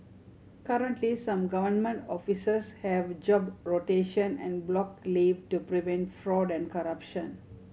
currently some government offices have job rotation and block leave to prevent fraud and corruption